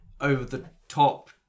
over-the-top